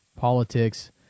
politics